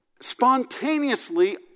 spontaneously